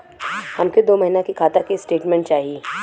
हमके दो महीना के खाता के स्टेटमेंट चाही?